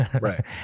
right